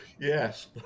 Yes